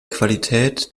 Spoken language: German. qualität